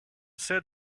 said